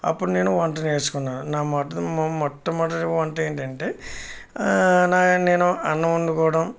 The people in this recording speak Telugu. అప్పుడు నేను వంట నేర్చుకున్నాను నా మొట్ట నా మొట్టమొదటి వంట ఏంటంటే నా నేను అన్నం వండుకోవడం